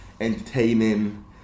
Entertaining